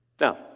Now